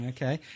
Okay